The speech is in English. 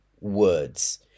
words